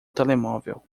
telemóvel